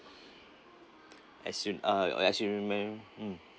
as you uh as you remember mm